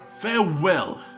farewell